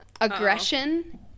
aggression